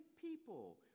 people